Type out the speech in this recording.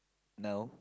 now